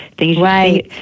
Right